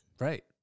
Right